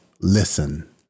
Listen